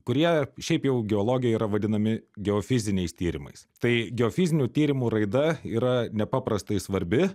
kurie šiaip jau geologijoj yra vadinami geofiziniais tyrimais tai geofizinių tyrimų raida yra nepaprastai svarbi